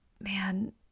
man